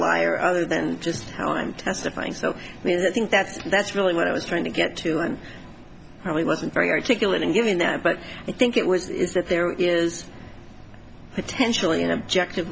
liar other than just how i'm testifying so i mean i think that's that's really what i was trying to get to and probably wasn't very articulate in giving that but i think it was if there is potentially an objective